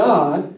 God